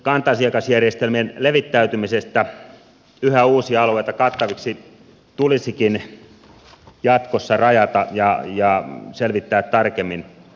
kanta asiakasjärjestelmien levittäytymistä yhä uusia alueita kattaviksi tulisikin jatkossa rajata ja selvittää tarkemmin